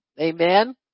Amen